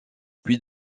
puy